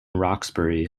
roxbury